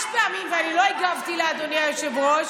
אני לא שומעת בכלל.